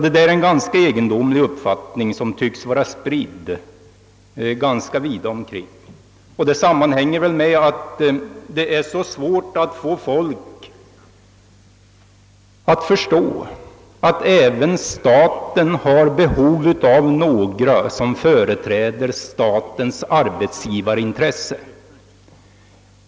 Detta är en ganska egendomlig uppfattning, som tycks vara spridd vida omkring. Det sammanhänger väl med att det är så svårt att få folk att förstå att även staten har behov av några personer som företräder dess arbetsgivarintressen.